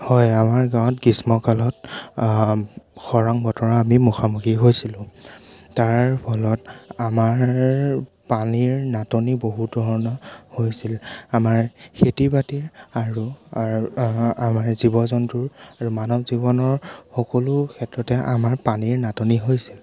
হয় আমাৰ গাঁৱত গ্ৰীষ্মকালত খৰাং বতৰৰ আমি মুখামুখি হৈছিলোঁ তাৰ ফলত আমাৰ পানীৰ নাটনি বহুত ধৰণৰ হৈছিল আমাৰ খেতি বাতিৰ আৰু আমাৰ জীৱ জন্তুৰ আৰু মানৱ জীৱনৰ সকলো ক্ষেত্ৰতে আমাৰ পানীৰ নাটনি হৈছিল